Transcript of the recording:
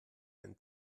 einen